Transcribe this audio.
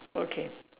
okay